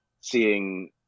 seeing